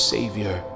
Savior